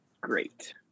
great